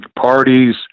parties